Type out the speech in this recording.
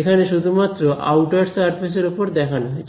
এখানে শুধুমাত্র outer surface এর উপর দেখানো হয়েছে